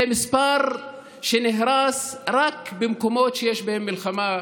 זה מספר שיש רק במקומות שיש בהם מלחמה,